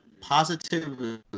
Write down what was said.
positively